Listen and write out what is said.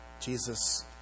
Jesus